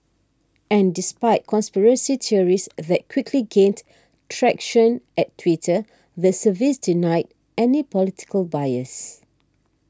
and despite conspiracy theories that quickly gained traction at Twitter the service denied any political bias